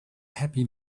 happy